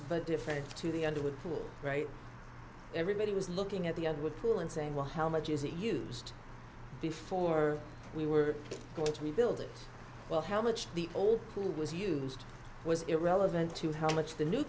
but different to the underwood pool right everybody was looking at the other with pool and saying well how much is it used before we were going to rebuild it well how much the old pool was used was irrelevant to how much the new